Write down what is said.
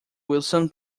wilson